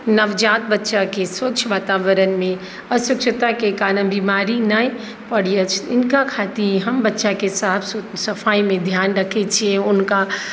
नवजात बच्चाके स्वच्छ वातावरणमे अस्वच्छताके कारण बिमारी नहि पड़ैत अछि हिनका खातिर हम बच्चाके साफ सफाइमे ध्यान रखे छियै हुनका